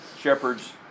Shepherds